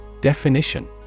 Definition